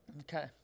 Okay